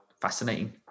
fascinating